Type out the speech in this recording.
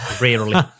rarely